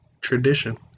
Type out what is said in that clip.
tradition